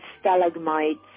stalagmites